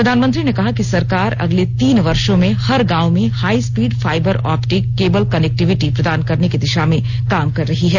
प्रधानमंत्री ने कहा कि सरकार अगले तीन वर्षों में हर गांव में high speed fibre optic cable connectivity प्रदान करने की दिशा में काम कर रही है